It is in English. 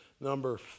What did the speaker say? number